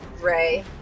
Ray